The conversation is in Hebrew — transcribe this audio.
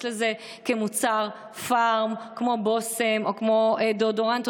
לזה כאל מוצר פארם כמו בושם או כמו דיאודורנט,